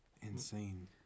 insane